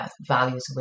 values